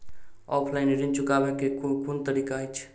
Offline ऋण चुकाबै केँ केँ कुन तरीका अछि?